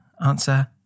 Answer